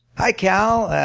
hi, cal.